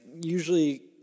usually